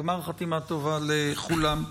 גמר חתימה טובה לכולם.